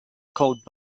called